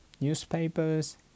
newspapers